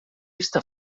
esta